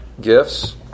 Gifts